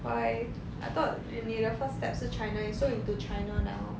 why I thought 你你的 first step 是 china you so into china now